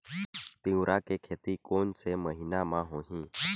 तीवरा के खेती कोन से महिना म होही?